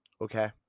Okay